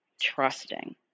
trusting